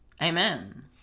Amen